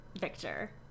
Victor